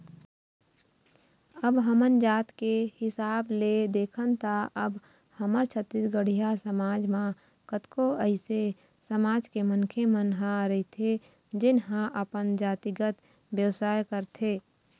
अब हमन जात के हिसाब ले देखन त अब हमर छत्तीसगढ़िया समाज म कतको अइसे समाज के मनखे मन ह रहिथे जेन ह अपन जातिगत बेवसाय करथे